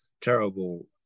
terrible